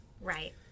Right